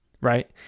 right